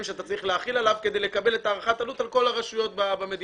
שאתה צריך להחיל עליו כדי לקבל את הערכת העלות על כל הרשויות במדינה,